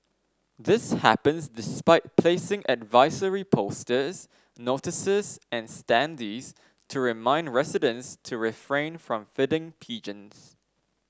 this happens despite placing advisory posters notices and standees to remind residents to refrain from feeding pigeons